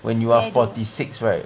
when you are forty six right